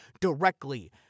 directly